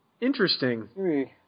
Interesting